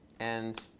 and